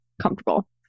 comfortable